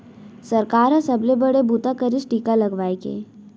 सरकार ह सबले बड़े बूता करिस टीका लगवाए के